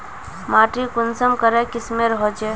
माटी कुंसम करे किस्मेर होचए?